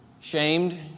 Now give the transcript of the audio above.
Shamed